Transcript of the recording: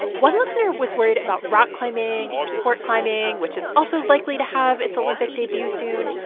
one listener was worried about rock climbing or sport climbing, which is also likely to have its olympic debut soon.